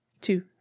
two